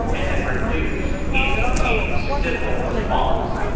and then reduced into a simple response.